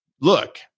Look